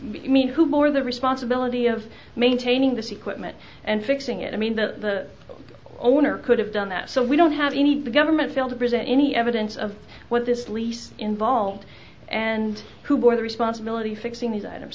this mean who bore the responsibility of maintaining this equipment and fixing it i mean the owner could have done that so we don't have any government failed to present any evidence of what this lease involved and who bore the responsibility fixing these items